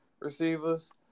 receivers